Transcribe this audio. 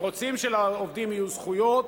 ורוצים שלעובדים יהיו זכויות.